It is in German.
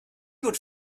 gut